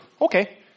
okay